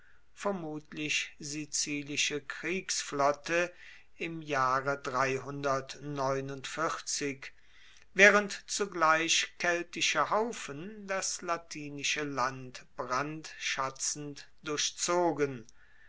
vermutlich sizilische kriegsflotte im jahre waehrend zugleich keltische haufen das latinische land brandschatzend durchzogen